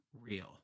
real